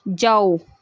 ਜਾਓ